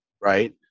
right